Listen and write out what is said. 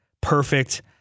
perfect